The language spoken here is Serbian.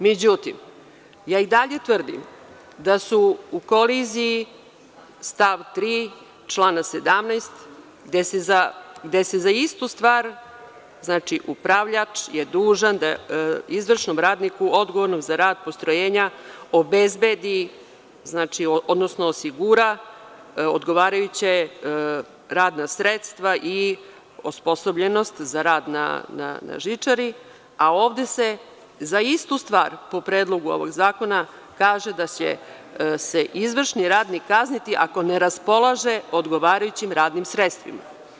Međutim, ja i dalje tvrdim da su u koliziji stav 3. člana 17. gde se za istu stvar, znači - upravljač je dužan da izvršnom radniku odgovornom za rad postrojenja obezbedi, odnosno osigura odgovarajuća radna sredstva i osposobljenost za rad na žičari, a ovde se za istu stvar po predlogu ovog zakona kaže – da će se izvršni radnik kazniti ako ne raspolaže odgovarajućim radnim sredstvima.